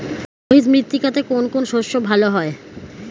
লোহিত মৃত্তিকাতে কোন কোন শস্য ভালো হয়?